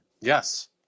Yes